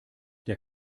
der